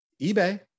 eBay